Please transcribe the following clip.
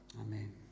Amen